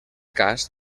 cas